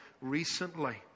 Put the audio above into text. recently